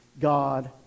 God